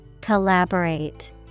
Collaborate